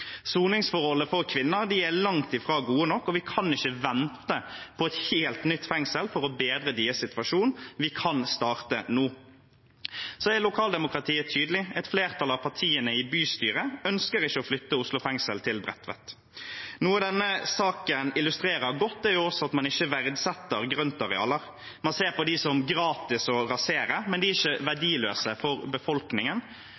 for kvinner er langt fra gode nok, og vi kan ikke vente på et helt nytt fengsel for å bedre deres situasjon. Vi kan starte nå. Lokaldemokratiet er tydelig. Et flertall av partiene i bystyret ønsker ikke å flytte Oslo fengsel til Bredtvet. Noe denne saken illustrerer godt, er også at man ikke verdsetter grøntarealer. Man ser på dem som gratis å rasere, men de er ikke